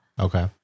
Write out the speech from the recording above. Okay